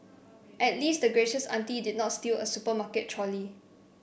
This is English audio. at least the gracious auntie did not steal a supermarket trolley